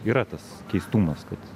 yra tas keistumas kad